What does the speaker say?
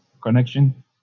connection